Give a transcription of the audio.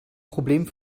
problem